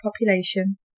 population